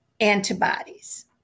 antibodies